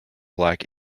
black